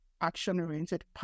action-oriented